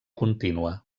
contínua